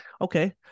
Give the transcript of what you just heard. Okay